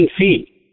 feet